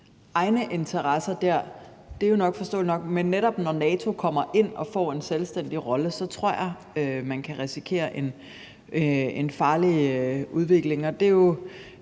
egne interesser der. Det er jo forståeligt nok, men netop når NATO kommer ind og får en selvstændig rolle, tror jeg, man kan risikere en farlig udvikling. Og der